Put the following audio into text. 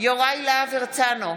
יוראי להב הרצנו,